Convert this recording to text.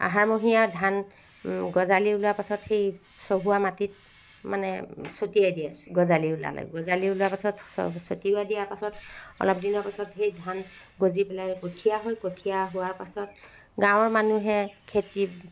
আহাৰমহীয়া ধান গজালি ওলোৱা পাছত সেই চহোৱা মাটিত মানে ছটিয়াই দিয়ে গজালি ওলালে গজালি ওলোৱা পাছত ছ ছটিয়াই দিয়া পাছত অলপ দিনৰ পাছত সেই ধান গজি পেলাই কঠীয়া হয় কঠীয়া হোৱাৰ পাছত গাঁৱৰ মানুহে খেতিত